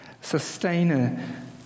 sustainer